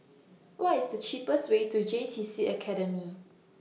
What IS The cheapest Way to J T C Academy